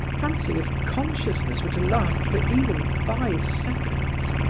fancy if consciousness were to last for even five seconds!